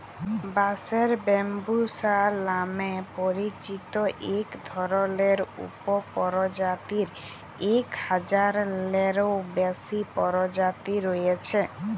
বাঁশের ব্যম্বুসা লামে পরিচিত ইক ধরলের উপপরজাতির ইক হাজারলেরও বেশি পরজাতি রঁয়েছে